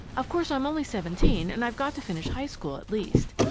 of course, i'm only seventeen and i've got to finish high school, at least.